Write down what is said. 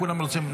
כולם רוצים.